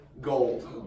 gold